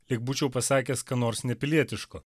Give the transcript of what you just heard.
lyg būčiau pasakęs ką nors nepilietiško